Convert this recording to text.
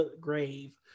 grave